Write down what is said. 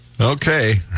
okay